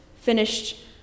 finished